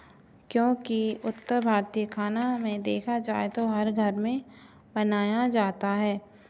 क्योंकि उत्तर भारतीय खाना में देखा जाय तो हर घर में बनाया जाता है